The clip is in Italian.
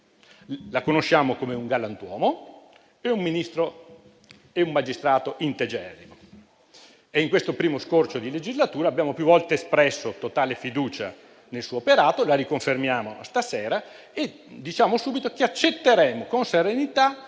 La conosciamo come un galantuomo e un Ministro e magistrato integerrimo. In questo primo scorcio di legislatura abbiamo più volte espresso totale fiducia nel suo operato e la riconfermiamo stasera. Diciamo subito che accetteremo con serenità